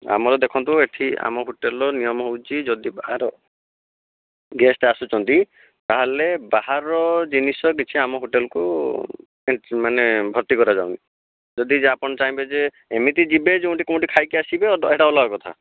ଆମର ଦେଖନ୍ତୁ ଏଠି ଆମ ହୋଟେଲର ନିୟମ ହେଉଛି ଯଦି ବାହାର ଗେଷ୍ଟ ଆସୁଛନ୍ତି ତାହେଲେ ବାହାର ଜିନିଷ କିଛି ଆମ ହୋଟେଲକୁ ମାନେ ଭର୍ତ୍ତି କରାଯାଉନି ଯଦି ଆପଣ ଚାହିଁବେ ଯେ ଏମିତି ଯିବେ ଯେଉଁଠି କେଉଁଠି ଖାଇକି ଆସିବେ ଏଟା ଅଲଗା କଥା